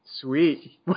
Sweet